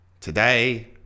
Today